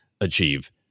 achieve